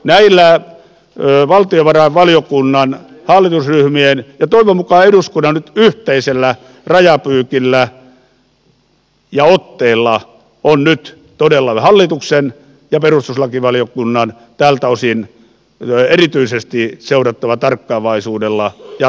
näillä valtiovarainvaliokunnan hallitusryhmien ja toivon mukaan eduskunnan nyt yhteisellä rajapyykillä ja otteella on nyt todella hallituksen ja perustuslakivaliokunnan tältä osin erityisesti seurattava tarkkaavaisuudella jatkovaiheita